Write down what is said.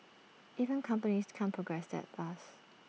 even companies can't progress that fast